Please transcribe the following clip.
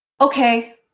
okay